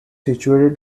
situated